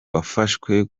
wafashwe